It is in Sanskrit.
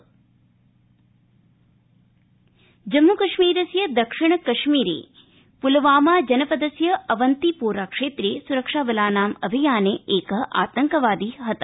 जम्म कश्मीर भुशुण्डीयुद्धम् जम्मू कश्मीरस्य दक्षिण कश्मीर पुलवामा जनपदस्य अवन्तीपोराक्षेत्रे सुरक्षाबलानां अभियाने एक आतंकवादी हत